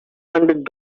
hundred